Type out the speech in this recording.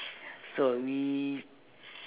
so we